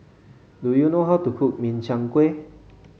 do you know how to cook Min Chiang Kueh